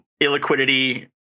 illiquidity